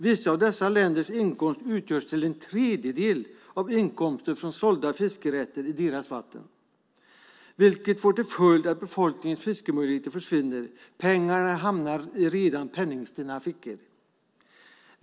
Vissa av dessa länders inkomster utgörs till en tredjedel av inkomster från sålda fiskerätter i deras vatten, vilket får till följd att befolkningens fiskemöjligheter försvinner och pengarna hamnar i redan penningstinna fickor.